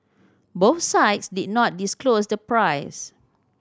both sides did not disclose the price